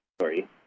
Sorry